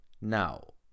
now